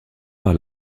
par